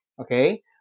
Okay